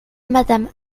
madame